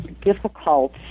difficult